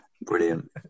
Brilliant